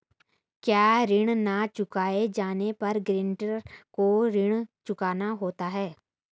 क्या ऋण न चुकाए जाने पर गरेंटर को ऋण चुकाना होता है?